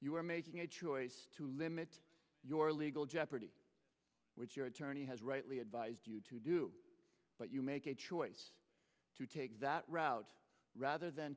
you're making a choice to limit your legal jeopardy which your attorney has rightly advised you to do but you make a choice to take that route rather than